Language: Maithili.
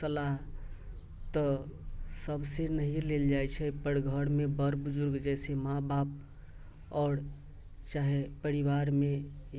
सलाह तऽ सभसे नहिए लेल जाइत छै पर घरमे बड़ बुजुर्ग जइसे माँ बाप आओर चाहे परिवारमे